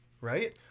right